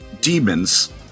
demons